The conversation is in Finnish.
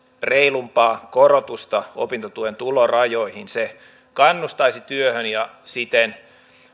reilumpaa korotusta opintotuen tulorajoihin se kannustaisi työhön ja siten